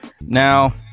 now